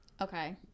Okay